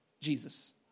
Jesus